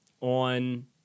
on